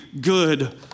good